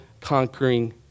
conquering